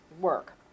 work